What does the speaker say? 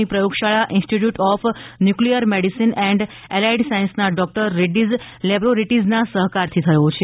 ની પ્રયોગશાળા institute of nuclear medicine and allied સાઇન્સના ડોકટર રેડ્રીઝ લેબ્રોરીટીઝના સહકારથી થયો છે